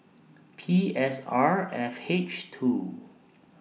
P S R F H two